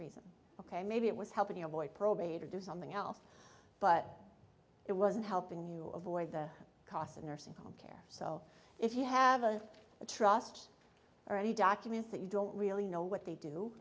reason ok maybe it was helping avoid probate or do something else but it wasn't helping you avoid the cost of nursing home care so if you have a trust or any documents that you don't really know what they do